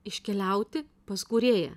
iškeliauti pas kūrėją